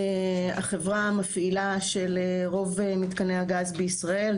החברה מפעילה של רוב מתקני הגז בישראל,